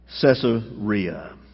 Caesarea